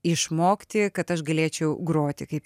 išmokti kad aš galėčiau groti kaip